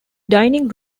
dining